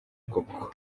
koko